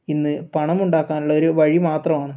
ഇന്ന് പണമുണ്ടാക്കാനുള്ള ഒരു വഴി മാത്രമാണ്